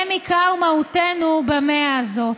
הם עיקר מהותנו במאה הזאת.